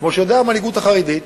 כמו שיודעת המנהיגות החרדית,